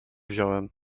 wziąłem